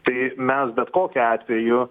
tai mes bet kokiu atveju